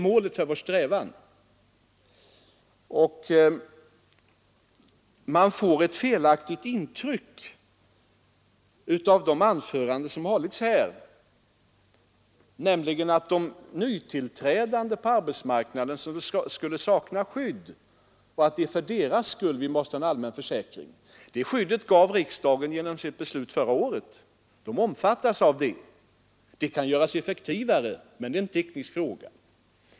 Man får ett felaktigt intryck av de anföranden som hållits här, nämligen att de nytillträdande på arbetsmarknaden skulle sakna skydd och att det är för deras skull som vi måste ha en allmän försäkring. Det skyddet gav riksdagen genom sitt beslut förra året. Det kan göras effektivare, men det är en teknisk fråga.